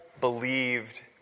believed